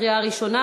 לקריאה ראשונה,